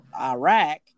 Iraq